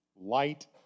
Light